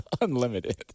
unlimited